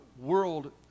world